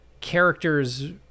characters